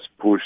push